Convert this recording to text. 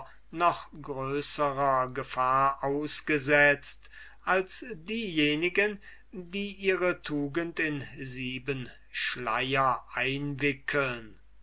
noch größerer gefahr ausgesetzt als diejenigen die ihre tugend in sieben schleier einwickeln